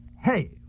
Hey